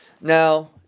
Now